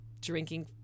drinking